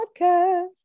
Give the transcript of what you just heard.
podcast